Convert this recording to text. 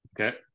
Okay